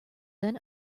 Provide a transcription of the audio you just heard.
then